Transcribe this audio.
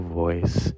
voice